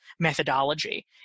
methodology